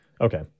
Okay